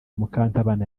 mukantabana